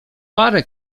parę